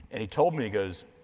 and he told me, he goes,